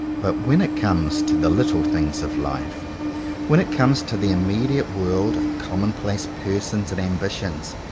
but when it comes to the little things of life when it comes to the immediate world of commonplace persons and ambi tions,